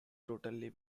totally